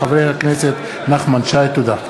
תודה.